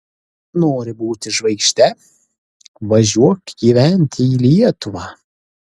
nori būti žvaigžde važiuok gyventi į lietuvą